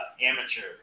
amateur